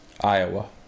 Iowa